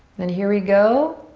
then here we go.